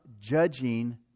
judging